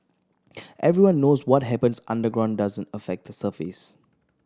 everyone knows what happens underground doesn't affect the surface